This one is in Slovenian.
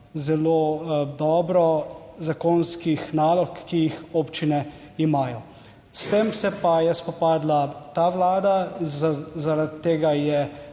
zelo dobro zakonskih nalog, ki jih občine imajo. S tem se pa je spopadla ta Vlada, zaradi tega je